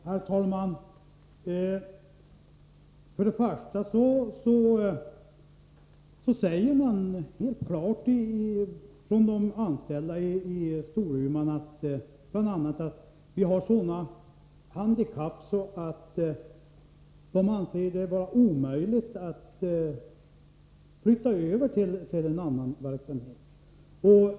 Herr talman! För det första säger de anställda i Storuman bl.a. att man har så många handikappade att det är omöjligt att flytta över dem till annan verksamhet.